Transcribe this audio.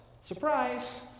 surprise